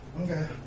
Okay